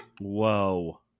Whoa